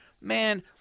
Man